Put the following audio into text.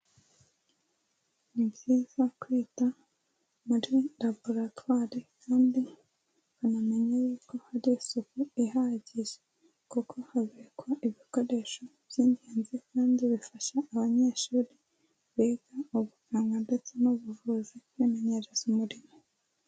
Ni byiza kwita muri laboratwari kandi banamenya yuko hari isuku ihagije kuko habikwa ibikoresho by'ingenzi kandi bifasha abanyeshuri biga ubuganga ndetse n'ubuvuzi kwimenyereza umurimo.